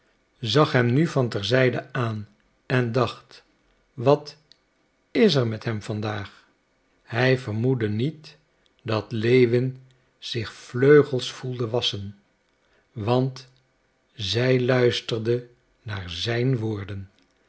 zag hem nu van ter zijde aan en dacht wat is er met hem vandaag hij vermoedde niet dat lewin zich vleugels voelde wassen want zij luisterde naar zijn woorden